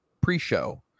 pre-show